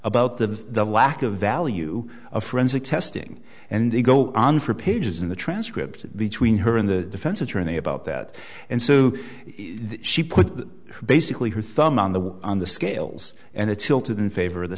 about the lack of value of forensic testing and they go on for pages in the transcript between her and the fence attorney about that and so she put basically her thumb on the on the scales and it tilted in favor of the